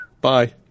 Bye